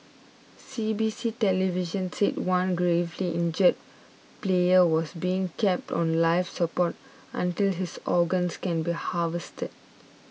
C B C television said one gravely injured player was being kept on life support until his organs can be harvested